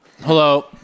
Hello